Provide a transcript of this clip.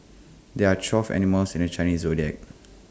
there are twelve animals in the Chinese Zodiac